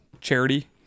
charity